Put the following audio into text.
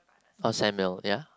how send mail ya